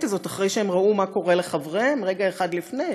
הזאת אחרי שהם ראו מה קורה לחבריהם רגע אחד לפני,